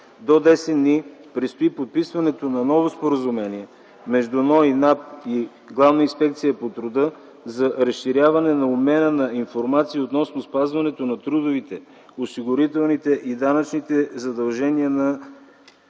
До десет дни предстои подписването на нови споразумения между НОИ, НАП и Главна инспекция по труда за разширяване на обмена на информация относно спазването на трудовите, осигурителните и данъчните задължения на